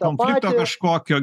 konfklito kažkokio